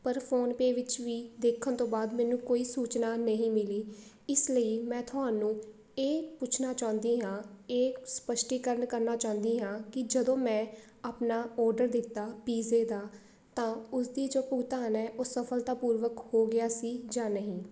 ਪਰ ਫੋਨਪੇ ਵਿੱਚ ਵੀ ਦੇਖਣ ਤੋਂ ਬਾਅਦ ਮੈਨੂੰ ਕੋਈ ਸੂਚਨਾ ਨਹੀਂ ਮਿਲੀ ਇਸ ਲਈ ਮੈਂ ਤੁਹਾਨੂੰ ਇਹ ਪੁੱਛਣਾ ਚਾਹੁੰਦੀ ਹਾਂ ਇਹ ਸਪੱਸ਼ਟੀਕਰਨ ਕਰਨਾ ਚਾਹੁੰਦੀ ਹਾਂ ਕਿ ਜਦੋਂ ਮੈਂ ਆਪਣਾ ਔਡਰ ਦਿੱਤਾ ਪੀਜ਼ੇ ਦਾ ਤਾਂ ਉਸਦੀ ਜੋ ਭੁਗਤਾਨ ਹੈ ਉਹ ਸਫ਼ਲਤਾਪੂਰਵਕ ਹੋ ਗਿਆ ਸੀ ਜਾਂ ਨਹੀਂ